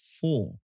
four